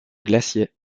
glaciers